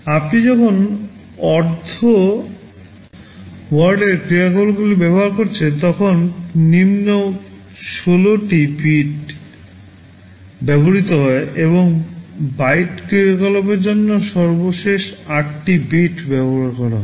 আপনি যখন অর্ধ WORD এর ক্রিয়াকলাপগুলি ব্যবহার করছেন তখন নিম্ন 16 টি bit ব্যবহৃত হয় এবং বাইট ক্রিয়াকলাপের জন্য সর্বশেষ 8 bit ব্যবহৃত হয়